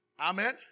Amen